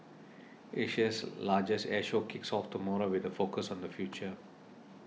Asia's largest air show kicks off tomorrow with a focus on the future